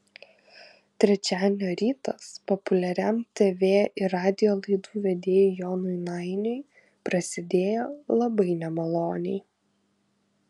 trečiadienio rytas populiariam tv ir radijo laidų vedėjui jonui nainiui prasidėjo labai nemaloniai